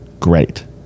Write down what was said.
great